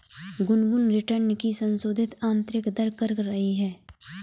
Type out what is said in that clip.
Gungun return की संशोधित आंतरिक दर कर रही है